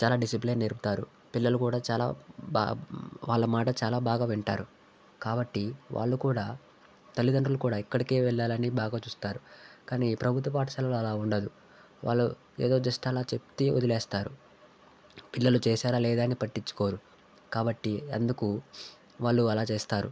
చాలా డిసిప్లేయిన్ నేర్పుతారు పిల్లలు కూడా చాలా వాళ్ళ మాట చాలా బాగా వింటారు కాబట్టి వాళ్ళు కూడా తల్లిదండ్రులు కూడా ఇక్కడికే వెళ్ళాలని బాగా చూస్తారు కాని ఈ ప్రభుత్వ పాఠశాలలో అలా ఉండదు వాళ్ళు ఏదో జస్ట్ అలా చెప్తే వదిలేస్తారు పిల్లలు చేశారా లేదా అని పట్టించుకోరు కాబట్టి అందుకు వాళ్ళు అలా చేస్తారు